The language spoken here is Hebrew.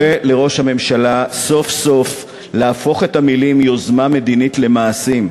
אני קורא לראש הממשלה סוף-סוף להפוך את המילים "יוזמה מדינית" למעשים.